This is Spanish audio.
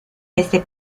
este